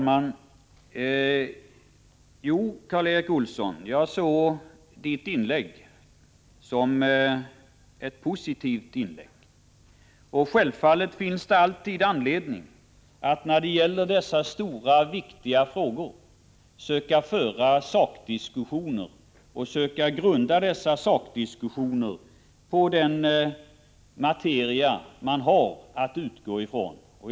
Herr talman! Jo, jag såg Karl Erik Olssons inlägg som ett positivt inlägg. Självfallet finns det alltid anledning att när det gäller dessa stora viktiga frågor söka föra sakdiskussioner och söka grunda dessa på den materia man har att utgå från.